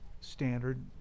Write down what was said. standard